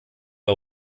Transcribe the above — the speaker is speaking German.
der